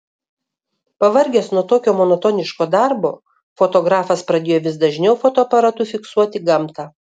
pavargęs nuo tokio monotoniško darbo fotografas pradėjo vis dažniau fotoaparatu fiksuoti gamtą